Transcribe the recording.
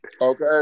okay